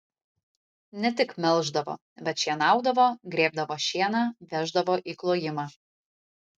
ne tik taip melždavo bet šienaudavo grėbdavo šieną veždavo į klojimą